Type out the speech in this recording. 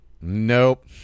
Nope